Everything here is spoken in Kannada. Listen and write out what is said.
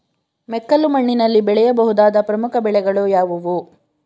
ಮೆಕ್ಕಲು ಮಣ್ಣಿನಲ್ಲಿ ಬೆಳೆಯ ಬಹುದಾದ ಪ್ರಮುಖ ಬೆಳೆಗಳು ಯಾವುವು?